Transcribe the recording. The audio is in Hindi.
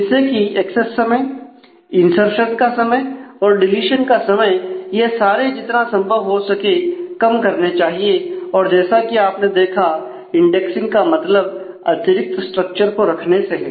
जिससे कि एक्सेस समय इंर्सशन का समय और डीलीशन का समय यह सारे जितना संभव हो कम करने चाहिए और जैसा कि आपने देखा इंडेक्सिंग का मतलब अतिरिक्त स्ट्रक्चर्स को रखने से है